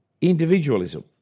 individualism